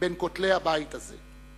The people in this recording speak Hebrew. בין כותלי הבית הזה.